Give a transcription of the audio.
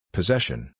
Possession